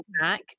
back